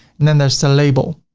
and then there's the label.